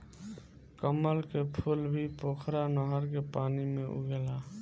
कमल के फूल भी पोखरा नहर के पानी में उगेला